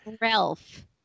Ralph